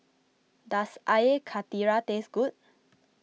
does Air Karthira taste good